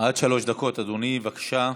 עד שלוש דקות, אדוני, בבקשה.